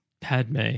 padme